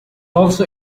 also